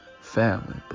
family